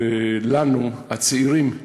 ולנו, ה"צעירים",